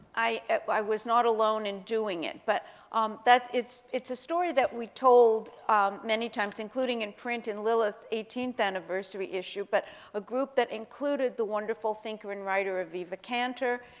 i i was not alone in doing it, but um it's it's a story that we told many times, including in print in lilith's eighteenth anniversary issue, but a group that included the wonderful thinker and writer of eva canter,